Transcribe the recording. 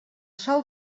sol